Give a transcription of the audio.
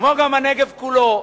כמו גם הנגב כולו,